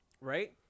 Right